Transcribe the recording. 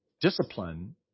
discipline